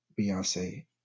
Beyonce